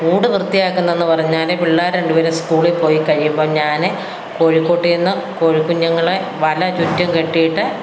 കൂട് വൃത്തിയാക്കുന്നുവെന്നു പറഞ്ഞാൽ പിള്ളേർ രണ്ടു പേർ സ്കൂളിൽ പോയിക്കഴിയുമ്പോൾ ഞാൻ കോഴിക്കുട്ടിൽ നിന്ന് കോഴിക്കുഞ്ഞുങ്ങളെ വല ചുറ്റും കെട്ടിയിട്ട്